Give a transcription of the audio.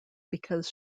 because